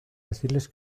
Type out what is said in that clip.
decirles